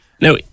Now